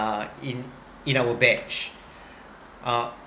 uh in in our batch uh